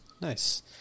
Nice